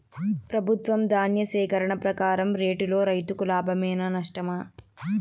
ప్రభుత్వం ధాన్య సేకరణ ప్రకారం రేటులో రైతుకు లాభమేనా నష్టమా?